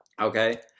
okay